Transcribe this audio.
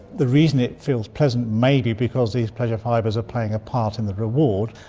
the reason it feels pleasant may be because these pleasure fibres are playing a part in the reward,